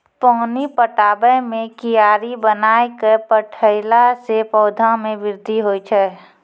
पानी पटाबै मे कियारी बनाय कै पठैला से पौधा मे बृद्धि होय छै?